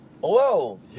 Whoa